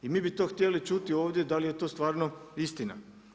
I mi bi to htjeli čuti ovdje da li je to stvarno istina.